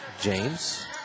James